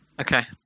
Okay